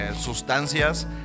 sustancias